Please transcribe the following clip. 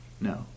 No